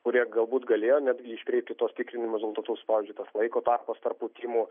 kurie galbūt galėjo netgi iškreipti tuos tikrinimo rezultatus pavyzdžiui tas laiko tarpas tarp pūtimų